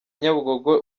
nyabugogo